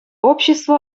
общество